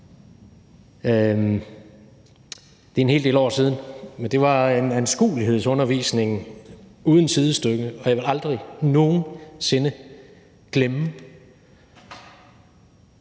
Det er en hel del år siden, men det var en anskuelighedsundervisning uden sidestykke, og jeg vil aldrig nogen sinde glemme,